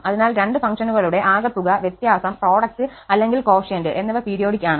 അതിനാൽ രണ്ട് ഫംഗ്ഷനുകളുടെ ആകെത്തുക വ്യത്യാസം പ്രോഡക്റ്റ് അല്ലെങ്കിൽ കോഷ്യന്റ് എന്നിവ പീരിയോഡിക് ആണ്